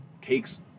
takes